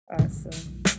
Awesome